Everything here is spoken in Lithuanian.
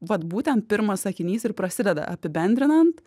vat būtent pirmas sakinys ir prasideda apibendrinant